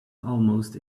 almost